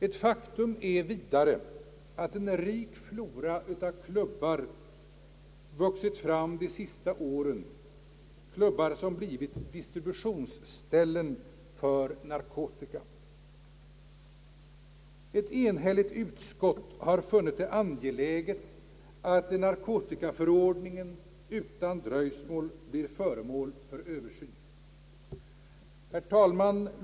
Ett faktum är vidare att en rik flora av klubbar vuxit fram de senaste åren — klubbar som blivit distributionsställen för narkotika. Ett enhälligt utskott har funnit det angeläget att narkotikaförordningen utan dröjsmål blir föremål för översyn. Herr talman!